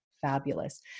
fabulous